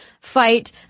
fight